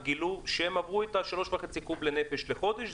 גילו שהם עברו את ה-3.5 קו"ב לנפש לחודש,